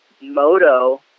moto